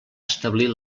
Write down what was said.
establir